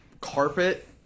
carpet